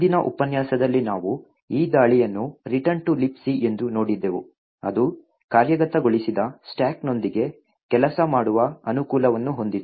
ಹಿಂದಿನ ಉಪನ್ಯಾಸದಲ್ಲಿ ನಾವು ಈ ದಾಳಿಯನ್ನು ರಿಟರ್ನ್ ಟು ಲಿಬಿಸಿ ಎಂದು ನೋಡಿದ್ದೆವು ಅದು ಕಾರ್ಯಗತಗೊಳಿಸದ ಸ್ಟಾಕ್ನೊಂದಿಗೆ ಕೆಲಸ ಮಾಡುವ ಅನುಕೂಲವನ್ನು ಹೊಂದಿತ್ತು